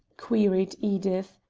queried edith,